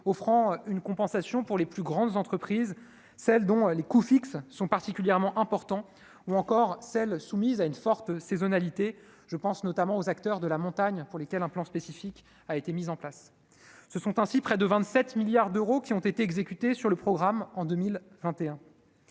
offrant une compensation pour les plus grandes entreprises, celles dont les coûts fixes sont particulièrement importants ou encore celle soumise à une forte saisonnalité, je pense notamment aux acteurs de la montagne pour lesquels un plan spécifique a été mis en place, ce sont ainsi près de 27 milliards d'euros qui ont été exécutés sur le programme en 2021,